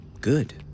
good